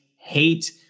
hate